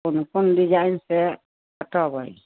कोन कोन डिजाइन छै बतेबै